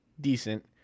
decent